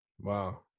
Wow